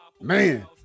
man